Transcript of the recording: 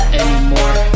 anymore